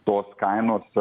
tos kainos